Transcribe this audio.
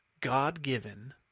God-given